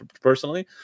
personally